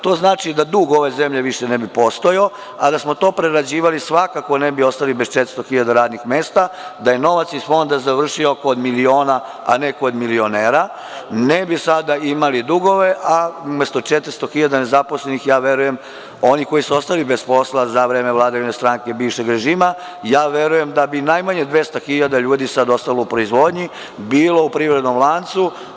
To znači da dug ove zemlje više ne bi postojao, a da smo to prerađivali, svakako ne bi ostali bez 400.000 radih mesta, da je novac iz Fonda završio kod miliona a ne kod milionera, ne bi sada imali dugove, a umesto 400.000 nezaposlenih, ja verujem, oni koji su ostali bez posla za vreme vladavine stranke bivšeg režima, ja verujem da bi najmanje 200.000 ljudi sada ostalo u proizvodnji, bilo u privrednom lancu.